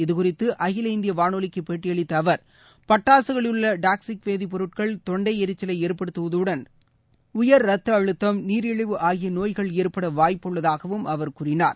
இது குறித்து அகில இந்திய வானொலிக்கு பேட்டியளித்த அவர் பட்டாசுகளிலுள்ள டாக்சிக் வேதிப் பொருட்கள் தொண்ட எரிச்சலை ஏற்படுத்துவதுடன் உயர் ரத்த அழுத்தம் நீரிழிவு ஆகிய நோய்கள் ஏற்பட வாய்ப்புள்ளதாகவும் அவர் கூறினார்